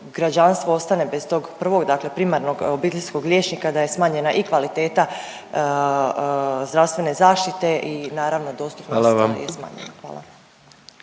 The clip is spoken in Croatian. građanstvo ostane bez tog prvog primarnog obiteljskog liječnika da je smanjena i kvaliteta zdravstvene zaštita i naravno …/Upadica predsjednik: Hvala vam./…